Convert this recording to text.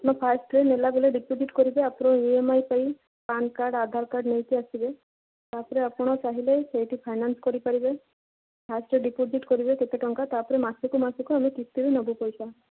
ଆପଣ ଫାଷ୍ଟ୍ରେ ନେଲାବେଳେ ଡିପୋଜିଟ୍ କରିବେ ଆପଣ ଇ ଏମ୍ ଆଇ ପାଇଁ ପାନ୍ କାର୍ଡ଼ ଆଧାର କାର୍ଡ଼ ନେଇକି ଆସିବେ ତାପରେ ଆପଣ ଚାହିଁଲେ ସେଇଠି ଫାଇନାନ୍ସ କରିପାରିବେ ଫାଷ୍ଟ୍ରେ ଡିପୋଜିଟ୍ କରିବେ କେତେ ଟଙ୍କା ତାପରେ ମାସକୁ ମାସକୁ ଆମେ କିସ୍ତିରେ ନେବୁ ପଇସା